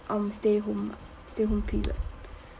um stay home stay home period